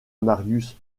marius